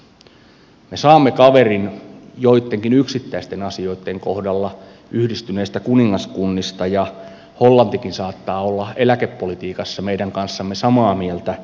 me saamme kaverin joittenkin yksittäisten asioitten kohdalla yhdistyneestä kuningaskunnasta ja hollantikin saattaa olla eläkepolitiikassa meidän kanssamme samaa mieltä